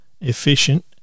efficient